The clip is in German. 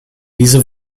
diese